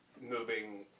moving